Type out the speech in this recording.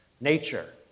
Nature